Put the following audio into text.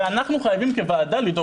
ואנחנו חייבים כוועדה לדאוג להם.